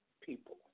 people